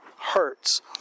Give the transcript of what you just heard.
hurts